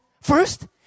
first